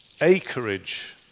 acreage